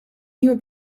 nieuwe